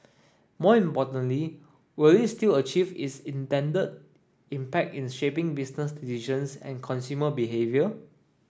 more importantly will it still achieve its intended impact in shaping business decisions and consumer behaviour